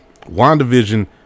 WandaVision